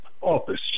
Office